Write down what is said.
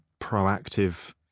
proactive